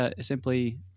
simply